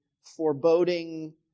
foreboding